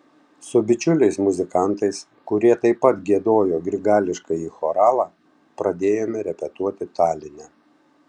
su bičiuliais muzikantais kurie taip pat giedojo grigališkąjį choralą pradėjome repetuoti taline